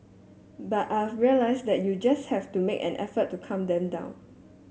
but I've realise that you just have to make an effort to calm them down